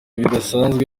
bidasanzwe